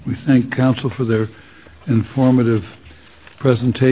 we think counsel for their informative presentation